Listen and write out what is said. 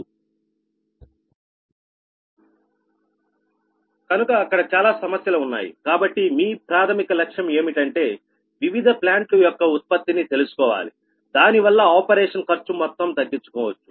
కనుక అక్కడ చాలా సమస్యలు ఉన్నాయి కాబట్టి మీ ప్రాథమిక లక్ష్యం ఏమిటంటే వివిధ ప్లాంట్లు యొక్క ఉత్పత్తిని తెలుసుకోవాలి దాని వల్ల ఆపరేషన్ ఖర్చు మొత్తం తగ్గించుకోవచ్చు